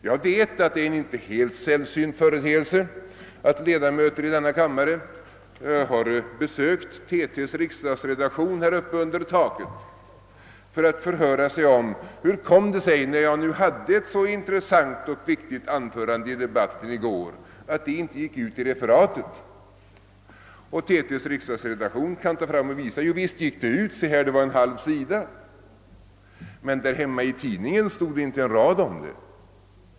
Jag vet att det är en inte helt sällsynt företeelse att ledamöter av denna kammare har besökt TT:s riksdagsredaktion där uppe under taket av detta hus för att förhöra sig om hur det kom sig att det intressanta och viktiga anförande vederbörande föregående dag hade hållit inte gick ut i referatet. TT:s riksdagsredaktion har då kunnat visa att det visst gick ut — det omfattade kanske en halv sida. I lokaltidningen på hemorten stod det emellertid inte en rad om det.